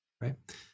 right